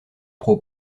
pro